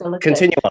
Continue